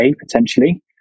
potentially